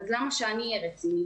אז למה שאני אהיה רציני?